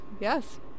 yes